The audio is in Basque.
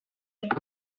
nuke